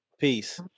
Peace